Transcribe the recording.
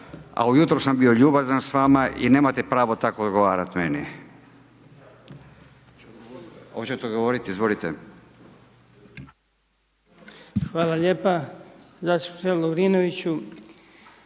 a ujutro sam bio ljubazan s vama i nemate pravo tako odgovarati meni. Hoćete odgovoriti, izvolite. **Marić, Goran